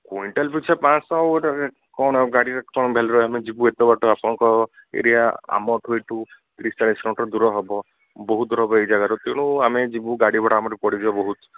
quintal ପିଛା ପାଞ୍ଚ ଶହ ଗୋଟେ ରେଟ୍ କଣ ଆଉ ଗାଡ଼ିରେ କ'ଣ ଭାଲ୍ୟୁରେ ଆମେ ଯିବୁ ଏତେବାଟ ଆପଣଙ୍କ ଏରିଆ ଆମଠୁ ଏଠୁ ତିରିଶ ଚାଳିଶ କିଲୋମିଟର ଦୂର ହେବ ବହୁତ ଦୂର ହବ ଏଇ ଜାଗାରୁ ତେଣୁ ଆମେ ଯିବୁ ଗାଡ଼ି ଭଡା ଆମର ପଡ଼ିଯିବ ବହୁତ